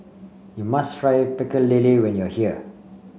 you must try Pecel Lele when you are here